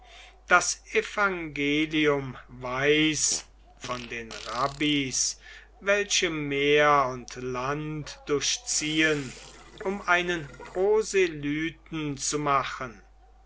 das evangelium weiß von den rabbis welche meer und land durchziehen um einen proselyten zu machen